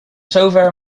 zover